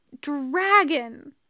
dragon